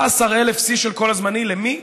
17,000, שיא של כל הזמנים, למי?